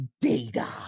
Data